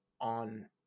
on